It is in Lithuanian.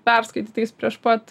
perskaitytais prieš pat